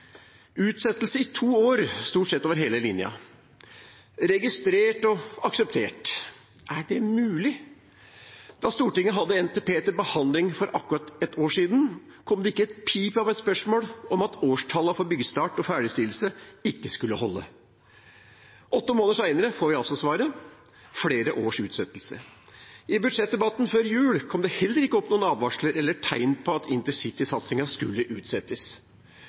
Utsettelse i to år, stort sett over hele linjen – registrert og akseptert. Er det mulig? Da Stortinget hadde NTP til behandling for akkurat et år siden, kom det ikke et pip om at årstallene for byggestart og ferdigstillelse ikke skulle holde. Åtte måneder senere får vi altså svaret: flere års utsettelse. I budsjettdebatten før jul kom det heller ikke noen advarsler om eller tegn på at InterCity-satsingen skulle utsettes.